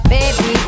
Baby